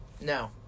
No